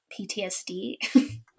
PTSD